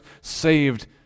saved